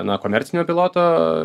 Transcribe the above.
na komercinio piloto